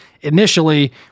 Initially